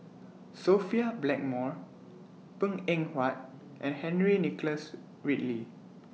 Sophia Blackmore Png Eng Huat and Henry Nicholas Ridley